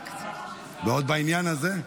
ועוד בעניין הזה?